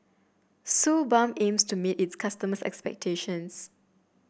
Suu Balm aims to meet its customers' expectations